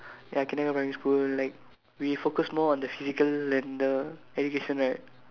ya kindergarten primary school like we focus more on the physical and the education right